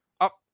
up